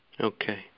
Okay